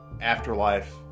Afterlife